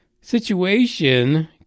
situation